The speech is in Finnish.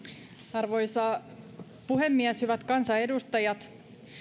arvoisa puhemies hyvät kansanedustajat